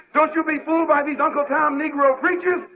don't you be fooled by these uncle tom negro preachers.